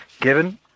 given